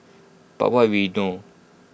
but what we know